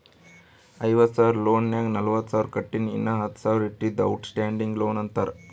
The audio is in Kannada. ಐವತ್ತ ಸಾವಿರ ಲೋನ್ ನಾಗ್ ನಲ್ವತ್ತ ಸಾವಿರ ಕಟ್ಟಿನಿ ಇನ್ನಾ ಹತ್ತ ಸಾವಿರ ಇದ್ದಿದ್ದು ಔಟ್ ಸ್ಟ್ಯಾಂಡಿಂಗ್ ಲೋನ್ ಅಂತಾರ